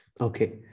Okay